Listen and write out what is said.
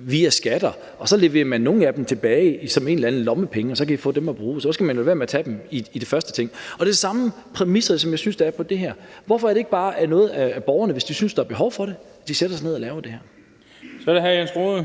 via skatter, og så leverer man nogle af dem tilbage som en eller anden slags lommepenge og siger: Så kan I få dem at bruge. Så skal man jo lade være med at tage dem i første omgang. Og det er de samme præmisser, som jeg synes at der er for det her. Hvorfor er det ikke bare sådan, at borgerne sætter sig ned og laver det her, hvis de synes, at der